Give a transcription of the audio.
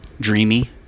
Dreamy